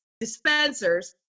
dispensers